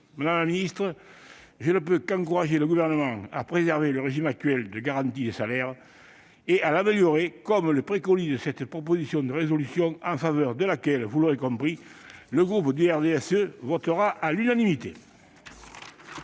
Madame la ministre, je ne peux qu'encourager le Gouvernement à préserver le régime actuel de garantie des salaires, voire à l'améliorer, comme l'y encourage cette proposition de résolution en faveur de laquelle, vous l'aurez compris, le groupe du RDSE votera à l'unanimité.